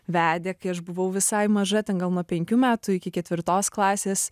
vedė kai aš buvau visai maža ten gal nuo penkių metų iki ketvirtos klasės